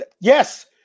yes